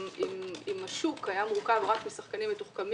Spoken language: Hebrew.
אם השוק היה מורכב רק משחקנים מתוחכמים